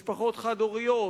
משפחות חד-הוריות,